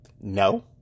No